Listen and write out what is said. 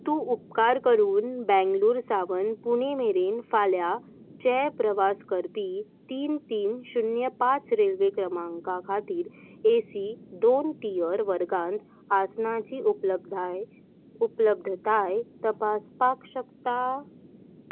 तूं उपकार करून बँगलूर सावन पुणे मेरेन फाल्यांचे प्रवास करपी तीन तीन शुन्य पांच रेल्वे क्रमांका खातीर एसी दोन टियर वर्गांत आसनाची उपलबाय उपलब्धताय तपासपाक शकता